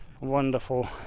wonderful